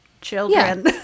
children